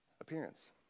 appearance